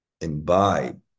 imbibe